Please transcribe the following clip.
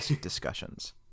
discussions